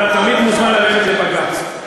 אתה תמיד מוזמן ללכת לבג"ץ.